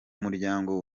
muryango